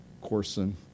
Corson